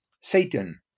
Satan